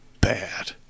bad